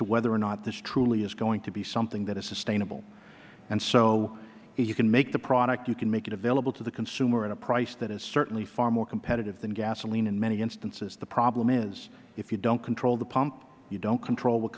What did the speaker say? whether or not this truly is going to be something sustainable and so you can make the product you can make it available to the consumer at a price that is certainly far more competitive than gasoline in many instances the problem is if you don't control the pump you don't control what